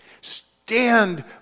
Stand